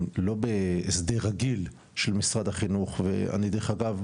לא בהסדר רגיל של משרד החינוך ואני דרך אגב,